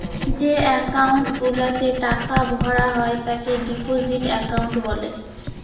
যে একাউন্ট গুলাতে টাকা ভরা হয় তাকে ডিপোজিট একাউন্ট বলে